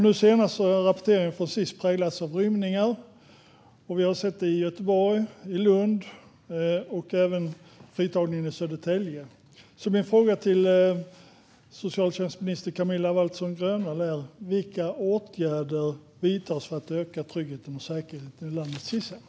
Nu senast har rapporteringen från Sis präglats av rymningarna i Göteborg och Lund och fritagningen i Södertälje. Min fråga till socialtjänstminister Camilla Waltersson Grönvall är: Vilka åtgärder vidtas för att öka tryggheten och säkerheten vid landets Sis-hem?